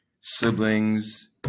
Siblings